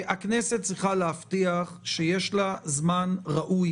-- שהכנסת צריכה להבטיח שיש לה זמן ראוי